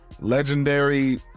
legendary